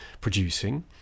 producing